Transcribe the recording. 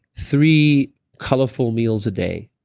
three colorful meals a day.